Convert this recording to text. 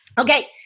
Okay